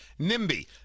NIMBY